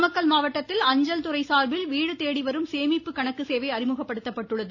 நாமக்கல் மாவட்டத்தில் அஞ்சல்துறை சார்பில் வீடு தேடி வரும் சேமிப்பு கணக்கு சேவை அறிமுகப்படுத்தப்பட்டுள்ளது